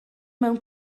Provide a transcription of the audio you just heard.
mewn